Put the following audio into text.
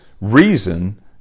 reason